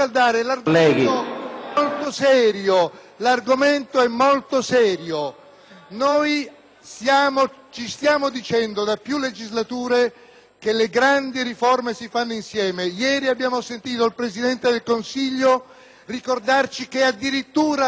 l'argomento è molto serio. Ci stiamo dicendo da più legislature che le grandi riforme si fanno insieme. Ieri abbiamo sentito il Presidente del Consiglio ricordarci che addirittura la Costituzione